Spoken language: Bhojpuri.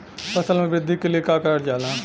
फसल मे वृद्धि के लिए का करल जाला?